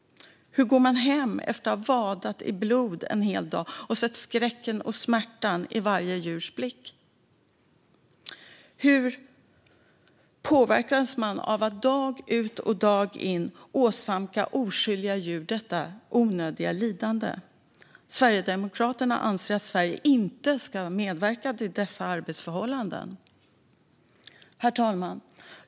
Hur går man hem efter att ha vadat i blod en hel dag och sett skräcken och smärtan i varje djurs blick? Hur påverkas man av att dag ut och dag in åsamka oskyldiga djur detta onödiga lidande? Sverigedemokraterna anser att Sverige inte ska medverka till sådana arbetsförhållanden. Herr talman!